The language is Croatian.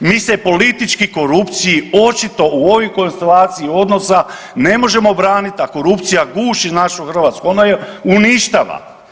Mi se politički korupciji očito u ovoj konsilaciji odnosa ne možemo branit, a korupcija guši našu Hrvatsku, ona je uništava.